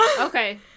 Okay